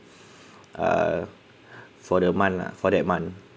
uh for the month lah for that month